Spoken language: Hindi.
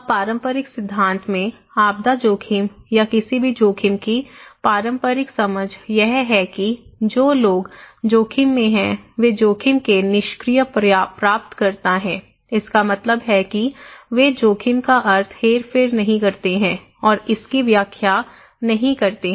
अब पारंपरिक सिद्धांत में आपदा जोखिम या किसी भी जोखिम की पारंपरिक समझ यह है कि जो लोग जोखिम में हैं वे जोखिम के निष्क्रिय प्राप्तकर्ता हैं इसका मतलब है कि वे जोखिम का अर्थ हेरफेर नहीं करते हैं और इसकी व्याख्या नहीं करते हैं